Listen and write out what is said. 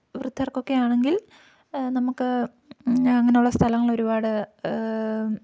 വൃദ്ധർക്കൊക്കെ ആണെങ്കിൽ നമുക്ക് അങ്ങനെയുള്ള സ്ഥലങ്ങളൊരുപാട്